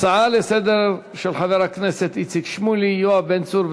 הצעות לסדר-היום מס' 124, 138